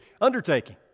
undertaking